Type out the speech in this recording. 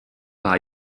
war